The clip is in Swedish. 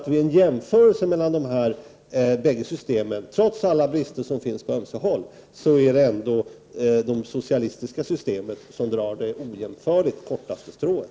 Vid en jämförelse mellan dessa bägge system, trots alla brister på ömse håll, framgår det att det ändå är de socialistiska systemen som drar det ojämförligt kortaste strået.